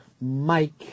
mike